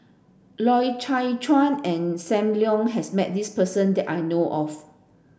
Loy Chye Chuan and Sam Leong has met this person that I know of